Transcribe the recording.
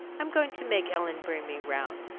i'm going to make ellen bring me round.